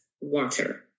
water